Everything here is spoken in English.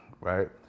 right